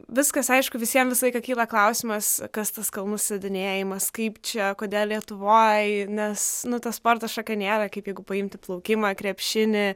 viskas aišku visiems visą laiką kyla klausimas kas tas kalnų slidinėjimas kaip čia kodėl lietuvoje nes nu ta sporto šaka nėra kaip jeigu paimti plaukimą krepšinį